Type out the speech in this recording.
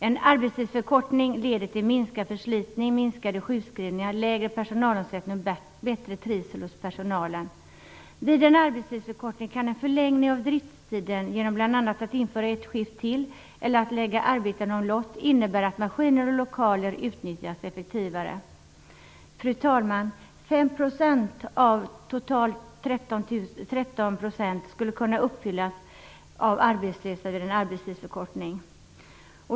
En arbetstidsförkortning leder till minskad förslitning, minskade sjukskrivningar, lägre personalomsättning och bättre trivsel hos personalen. Vid en arbetstidsförkortning kan en förlängning av drifttiden genom bl.a. införande av ytterligare ett skift eller omlottläggning av arbeten innebära att maskiner och lokaler utnyttjas effektivare. Fru talman! 5 % av 13 % skulle kunna fyllas upp av arbetslösa vid en arbetstidsförkortning.